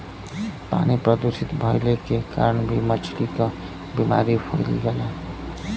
पानी प्रदूषित भइले के कारण भी मछली क बीमारी फइल जाला